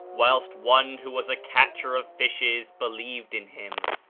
whilst one who was a catcher of fishes believed in him.